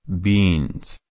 Beans